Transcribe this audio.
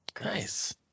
Nice